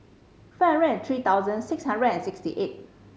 five hundred and three thousand six hundred and sixty eight